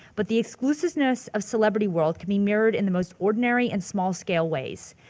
but the exclusiveness of celebrity world can be mirrored in the most ordinary and small scale ways.